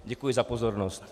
Děkuji za pozornost.